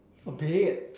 okay